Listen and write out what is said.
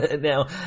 Now